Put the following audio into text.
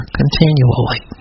continually